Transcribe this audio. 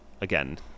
again